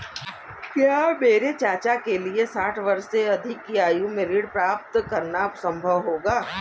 क्या मेरे चाचा के लिए साठ वर्ष से अधिक की आयु में ऋण प्राप्त करना संभव होगा?